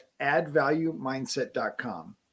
addvaluemindset.com